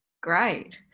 Great